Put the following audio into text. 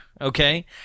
okay